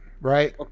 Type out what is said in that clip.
right